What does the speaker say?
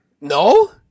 No